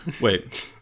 Wait